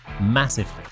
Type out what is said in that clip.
massively